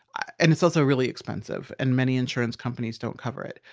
ah and it's also really expensive and many insurance companies don't cover it.